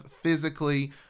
physically